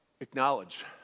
acknowledge